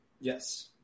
Yes